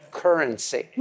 currency